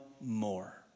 more